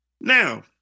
Now